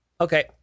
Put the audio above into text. okay